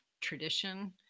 tradition